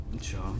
Sure